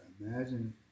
Imagine